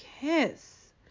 kiss